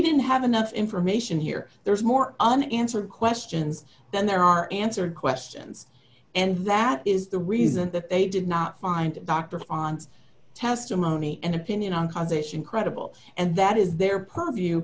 didn't have enough information here there's more unanswered questions than there are answer questions and that is the reason that they did not find dr hans testimony and opinion on condition credible and that is their purview